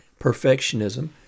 perfectionism